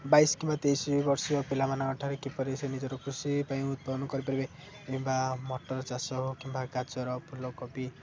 ବାଇଶି କିମ୍ବା ତେଇଶି ବର୍ଷୀୟ ପିଲାମାନଙ୍କଠାରେ କିପରି ସେ ନିଜର କୃଷି ପାଇଁ ଉତ୍ପାଦନ କରିପାରିବେ କିମ୍ବା ମଟର ଚାଷ ହଉ କିମ୍ବା ଗାଜର ଫୁଲକୋବି